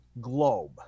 globe